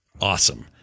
awesome